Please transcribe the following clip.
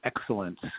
excellence